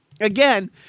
again